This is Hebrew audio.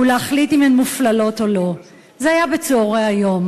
ולהחליט אם הן מופללות או לא" זה היה בצהרי היום,